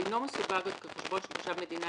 והוא אינו מסווג עוד כחשבון של תושב מדינה